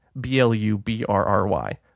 B-L-U-B-R-R-Y